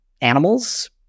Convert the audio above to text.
animals